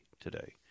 today